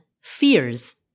fears